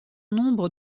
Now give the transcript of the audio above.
nombre